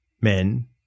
men